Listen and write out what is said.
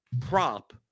prop